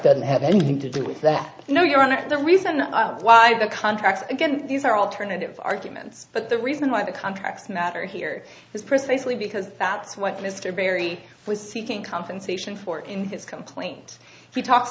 doesn't have anything to do with that you know you're on it the reason why the contracts again these are alternative arguments but the reason why the contracts matter here is precisely because that's what mr barry was seeking compensation for in his complaint he talks a